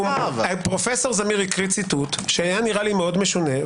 פרופ' זמיר הקריא ציטוט שנראה לי משונה.